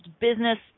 business